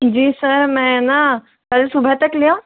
जी sir मैं न कल सुबह तक ले आऊँ